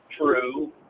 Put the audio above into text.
true